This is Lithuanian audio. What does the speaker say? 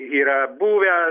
yra buvę